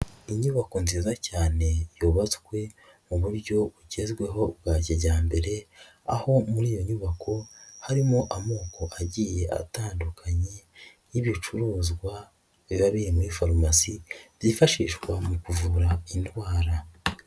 Inyubako nziza cyane yubatswe mu buryo bugezweho bwa kijyambere aho muri iyo nyubako harimo amoko agiye atandukanye y'ibicuruzwa biba biri muri faromasi byifashishwa mu kuvura indwara.